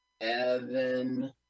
Evan